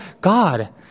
God